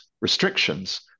restrictions